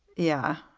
yeah,